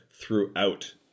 throughout